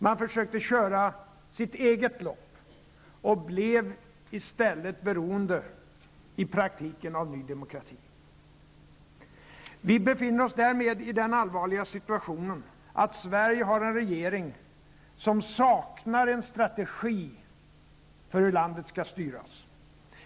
Man försökte köra sitt eget lopp och blev i stället i praktiken beroende av Ny Demokrati. Vi befinner oss därmed i den allvarliga situationen att Sverige har en regering som saknar en strategi för hur landet skall styras.